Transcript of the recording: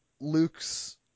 luke's